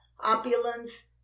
opulence